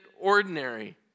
ordinary